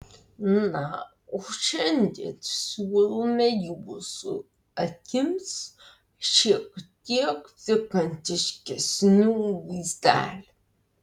na o šiandien siūlome jūsų akims šiek tiek pikantiškesnių vaizdelių